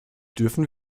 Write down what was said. dürfen